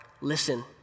listen